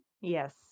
yes